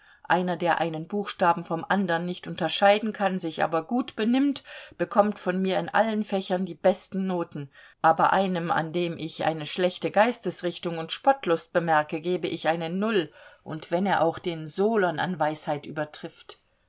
einer der einen buchstaben vom anderen nicht unterscheiden kann sich aber gut benimmt bekommt von mir in allen fächern die besten noten aber einem an dem ich eine schlechte geistesrichtung und spottlust bemerke gebe ich eine null und wenn er auch den solon an weisheit übertrifft